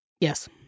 yes